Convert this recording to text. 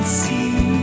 see